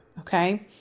Okay